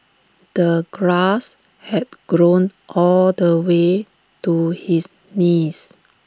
the grass had grown all the way to his knees